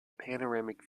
panoramic